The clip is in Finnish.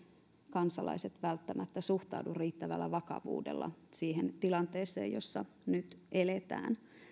kansalaiset välttämättä suhtaudu riittävällä vakavuudella siihen tilanteeseen jossa nyt eletään